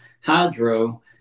hydro